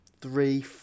Three